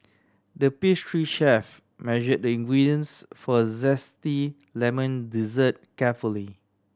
the pastry chef measured the ingredients for zesty lemon dessert carefully